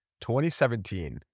2017